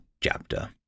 chapter